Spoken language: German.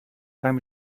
beim